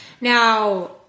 Now